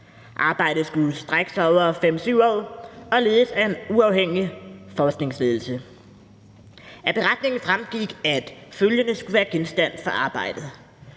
Arbejdet skulle strække sig over 5-7 år og ledes af en uafhængig forskningsledelse. Af beretningen fremgik, at følgende skulle være genstand for arbejdet: